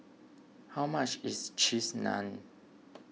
how much is Cheese Naan